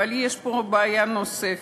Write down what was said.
אבל יש פה בעיה נוספת: